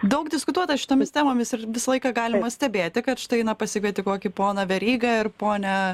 daug diskutuota šitomis temomis ir visą laiką galima stebėti kad štai na pasikvieti kokį poną verygą ar ponią